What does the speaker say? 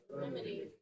remedy